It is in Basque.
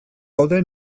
gaude